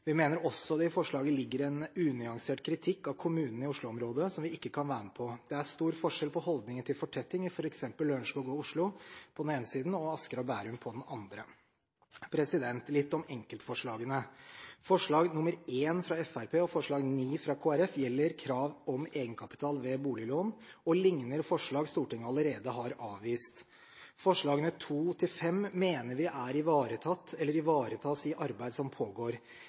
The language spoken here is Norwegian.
Vi mener også at det i forslaget ligger en unyansert kritikk av kommunene i Oslo-området, som vi ikke kan være med på. Det er stor forskjell på holdningen til fortetting i f.eks. Lørenskog og Oslo på den ene siden og Asker og Bærum på den andre. Litt om enkeltforslagene: Forslag nr. 1 fra Fremskrittspartiet og forslag nr. 9 fra Kristelig Folkeparti gjelder krav om egenkapital ved boliglån og ligner forslag Stortinget allerede har avvist. Forslagene nr. 2–5 mener vi er ivaretatt eller ivaretas i arbeid som pågår.